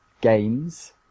games